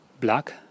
black